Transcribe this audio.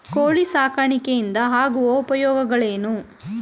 ಕೋಳಿ ಸಾಕಾಣಿಕೆಯಿಂದ ಆಗುವ ಉಪಯೋಗಗಳೇನು?